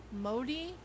Modi